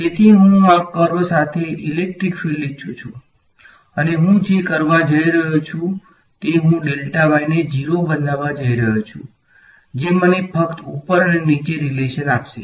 તેથી હું આ કર્વ સાથે ઇલેક્ટ્રિક ફીલ્ડ ઇચ્છું છું અને હું જે કરવા જઈ રહ્યો છું તે હું ને 0 બનાવવા જઈ રહ્યો છું જે મને ફક્ત ઉપર અને નીચે રીલેશન આપશે